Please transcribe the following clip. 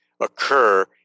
occur